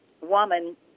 woman